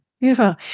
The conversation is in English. Beautiful